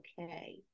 okay